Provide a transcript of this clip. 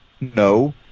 No